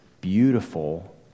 beautiful